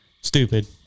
stupid